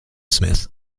smith